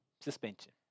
suspension